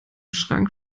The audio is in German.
schrank